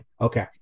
Okay